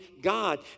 God